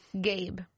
Gabe